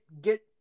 Get